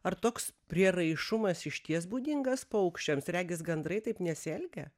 ar toks prieraišumas išties būdingas paukščiams regis gandrai taip nesielgia